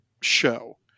show